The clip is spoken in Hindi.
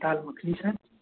दाल मख़नी सर